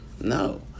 No